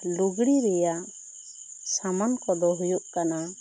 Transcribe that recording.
ᱞᱩᱜᱽᱲᱤᱜ ᱨᱮᱭᱟᱜ ᱥᱟᱢᱟᱱ ᱠᱚᱫᱚ ᱦᱩᱭᱩᱜ ᱠᱟᱱᱟ